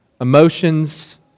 emotions